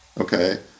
Okay